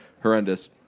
horrendous